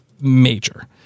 major